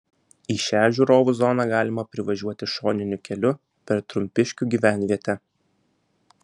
į šią žiūrovų zoną galima privažiuoti šoniniu keliu per trumpiškių gyvenvietę